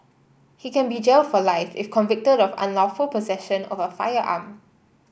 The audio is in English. he can be jailed for life if convicted of unlawful possession of a firearm